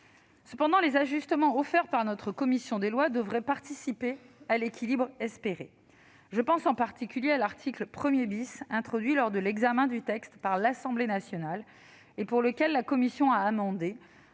Cependant, les ajustements apportés par notre commission des lois devraient contribuer à atteindre l'équilibre espéré. Je pense en particulier à l'article 1 , qui a été introduit lors de l'examen du texte par l'Assemblée nationale et que la commission a amendé,